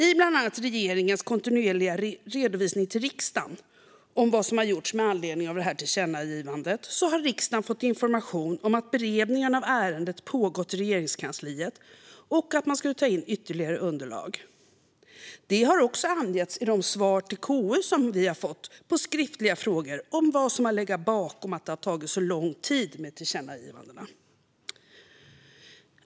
I bland annat regeringens kontinuerliga redovisning till riksdagen om vad som gjorts med anledning av detta tillkännagivande har riksdagen fått information om att beredning av ärendet pågått i Regeringskansliet och att man skulle ta in ytterligare underlag. Detta har också angetts i svaren på KU:s skriftliga frågor om vad som legat bakom att det tagit så lång tid med tillkännagivandena.